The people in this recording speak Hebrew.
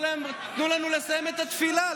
אתם כתם בהיסטוריה.